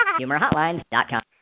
HumorHotline.com